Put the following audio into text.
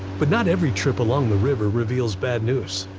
but not every trip along the river reveals bad news.